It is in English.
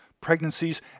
pregnancies